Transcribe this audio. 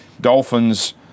Dolphins